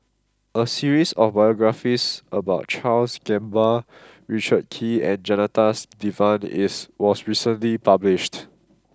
a series of biographies about Charles Gamba Richard Kee and Janadas Devan is was recently published